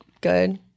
good